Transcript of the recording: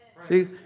See